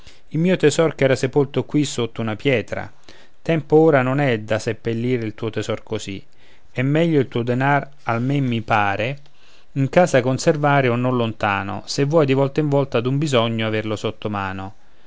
il mio tesor ch'era sepolto qui sotto una pietra tempo ora non è da seppellir il tuo tesor così è meglio il tuo denar almen mi pare in casa conservare o non lontano se vuoi di volta in volta ad un bisogno averlo sottomano